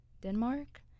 Denmark